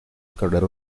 carrera